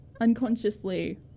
unconsciously